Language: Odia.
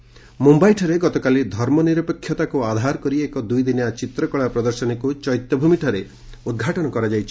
ମ୍ରମ୍ୟାଇଠାରେ ଗତକାଲି ଧର୍ମନିରପେକ୍ଷତାକୃ ଆଧାର କରି ଏକ ଦୂଇଦିନିଆ ଚିତ୍ରକଳା ପ୍ରଦର୍ଶନୀକୃ ଚୈତ୍ୟଭୂମିଠାରେ ଉଦ୍ଘାଟନ କରାଯାଇଛି